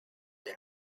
than